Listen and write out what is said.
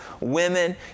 women